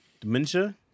Dementia